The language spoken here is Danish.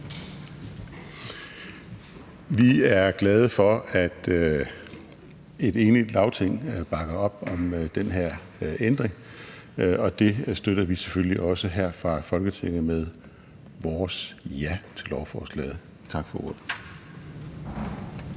Vi er glade for, at et enigt Lagting bakker op om den her ændring, og Liberal Alliance støtter det selvfølgelig også her fra Folketinget med vores ja til lovforslaget. Tak for ordet.